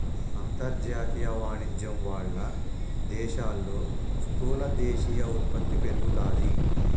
అంతర్జాతీయ వాణిజ్యం వాళ్ళ దేశాల్లో స్థూల దేశీయ ఉత్పత్తి పెరుగుతాది